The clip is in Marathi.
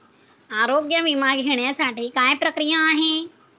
आरोग्य विमा घेण्यासाठी काय प्रक्रिया आहे?